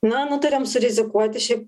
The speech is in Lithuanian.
na nutarėm surizikuoti šiaip